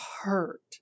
hurt